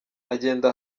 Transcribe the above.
agenda